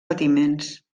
patiments